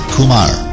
Kumar